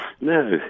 no